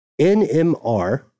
NMR